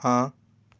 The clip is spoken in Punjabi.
ਹਾਂ